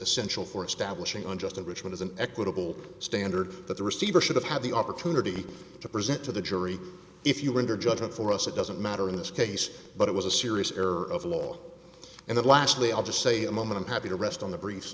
essential for establishing unjust enrichment as an equitable standard that the receiver should have had the opportunity to present to the jury if you were in their judgment for us it doesn't matter in this case but it was a serious error of law and lastly i'll just say a moment i'm happy to rest on the briefs